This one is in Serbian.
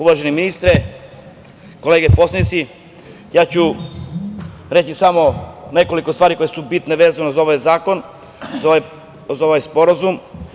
Uvaženi ministre, kolege poslanici, ja ću reći samo nekoliko stvari koje su bitne vezano za ovaj zakon, za ovaj sporazum.